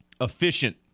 efficient